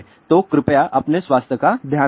तो कृपया अपने स्वास्थ्य का ध्यान रखें